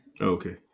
Okay